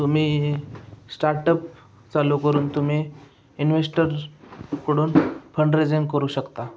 तुम्ही स्टार्टअप चालू करून तुम्ही इन्वेस्टरकडून फंडरेझिंग करू शकता